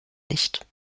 nicht